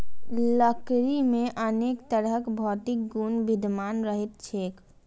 लकड़ी मे अनेक तरहक भौतिक गुण विद्यमान रहैत छैक